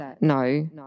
no